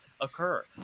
occur